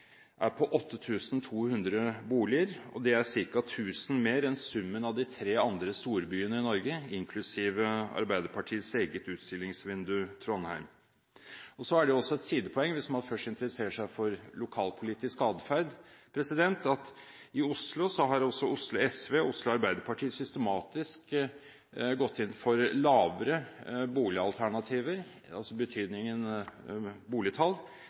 på 8 200 boliger. Det er ca. 1 000 mer enn summen av de tre andre storbyene i Norge – inklusiv Arbeiderpartiets eget utstillingsvindu, Trondheim. Så er det er sidepoeng – hvis man først interesserer seg for lokalpolitisk adferd – at i Oslo har Oslo SV og Oslo Arbeiderparti systematisk gått inn for lavere boligalternativer, i betydningen boligtall,